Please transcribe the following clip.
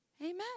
Amen